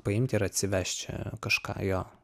paimti ir atsivežt čia kažką jo